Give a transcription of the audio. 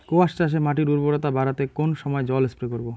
কোয়াস চাষে মাটির উর্বরতা বাড়াতে কোন সময় জল স্প্রে করব?